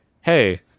hey